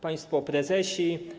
Państwo Prezesi!